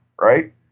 right